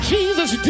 Jesus